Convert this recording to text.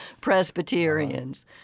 Presbyterians